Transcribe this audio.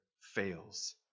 fails